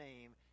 name